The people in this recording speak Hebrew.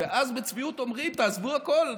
ואז בצביעות אומרים: תעזבו הכול,